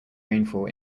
rainfall